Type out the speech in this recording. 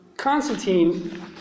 Constantine